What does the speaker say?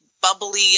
bubbly